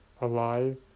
alive